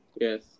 Yes